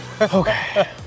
Okay